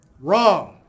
wrong